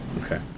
Okay